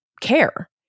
care